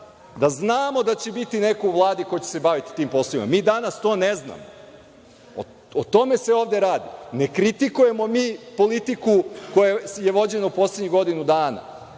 da znamo da će biti neko u Vladi ko će se baviti tim poslovima. Mi danas to ne znamo. O tome se ovde radi. Ne kritikujemo mi politiku koja je vođena u poslednjih godinu dana.